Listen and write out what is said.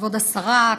כבוד השרה,